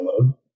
download